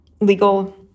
legal